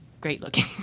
great-looking